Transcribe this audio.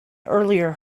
earlier